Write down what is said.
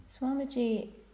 swamiji